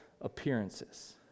appearances